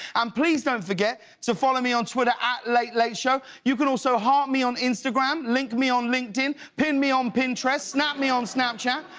um please don't forget to follow me on twitter ah latelateshow. you can also heart me on instagram, link me on linked in, pin me on pinterest, snap me on snapchat,